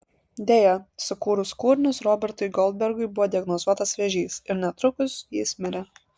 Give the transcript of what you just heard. deja sukūrus kūrinius robertui goldbergui buvo diagnozuotas vėžys ir netrukus jis mirė